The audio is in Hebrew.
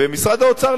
ומשרד האוצר,